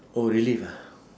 oh relive ah